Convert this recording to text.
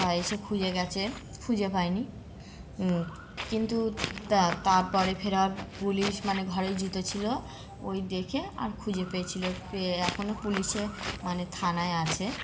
তা এসে খুঁজে গেছে খুঁজে পায়নি কিন্তু তা তারপরে ফের আর পুলিশ মানে ঘরেই জুতো ছিল ওই দেখে আর খুঁজে পেয়েছিলো পেয়ে এখনও পুলিশে মানে থানায় আছে